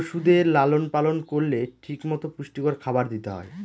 পশুদের লালন পালন করলে ঠিক মতো পুষ্টিকর খাবার দিতে হয়